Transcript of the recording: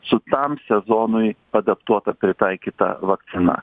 su tam sezonui adaptuota pritaikyta vakcina